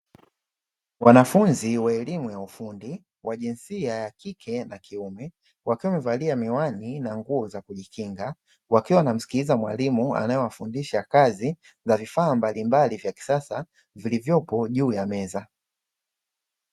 Wanafunzi wa elimu ya ufundi wa jinsia ya kike na kiume wakiwa wamevalia miwani na nguo za kujikinga, wakiwa wanamsikiliza mwalimu anayewafundisha kazi za vifaa mbalimbali vya kisasa vilivyopo juu ya meza.